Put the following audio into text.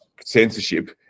censorship